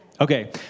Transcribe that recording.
Okay